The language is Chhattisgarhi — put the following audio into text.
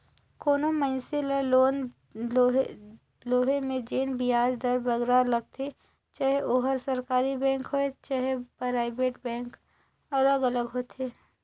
कोनो मइनसे ल लोन लोहे में जेन बियाज दर बगरा लगथे चहे ओहर सरकारी बेंक होए चहे पराइबेट बेंक अलग अलग होथे